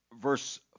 verse